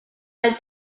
del